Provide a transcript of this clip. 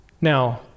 Now